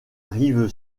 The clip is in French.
rive